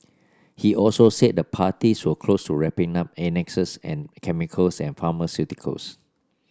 he also said the parties were close to wrapping up annexes and chemicals and pharmaceuticals